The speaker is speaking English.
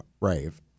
Rave